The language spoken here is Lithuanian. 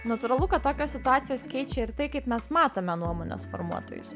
natūralu kad tokios situacijos keičia ir tai kaip mes matome nuomonės formuotojus